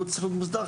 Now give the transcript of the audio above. צריך להיות מוסדר,